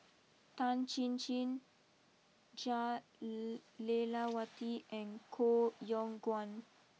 Tan Chin Chin Jah Lelawati and Koh Yong Guan